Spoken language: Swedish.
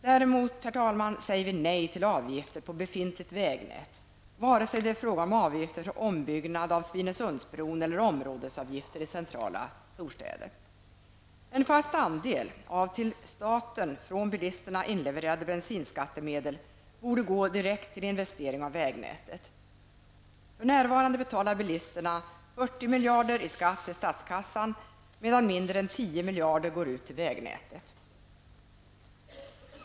Däremot säger vi nej till avgifter på befintligt vägnät, vare sig det är fråga om avgifter för ombyggnad av Svinesundsbron eller områdesavgifter i centrala storstäder. En fast andel av till staten från bilisterna inlevererade bensinskattemedel borde gå direkt till investering i vägnätet. För närvarande betalar bilisterna 40 miljarder i skatt till statskassan medan mindre än 10 miljarder går ut till vägnätet.